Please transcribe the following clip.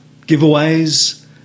giveaways